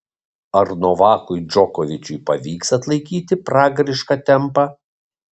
ar novakui džokovičiui pavyks atlaikyti pragarišką tempą